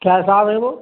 क्या हिसाब है वह